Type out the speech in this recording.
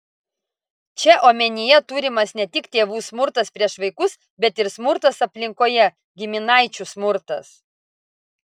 čia omenyje turimas ne tik tėvų smurtas prieš vaikus bet ir smurtas aplinkoje giminaičių smurtas